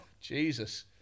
Jesus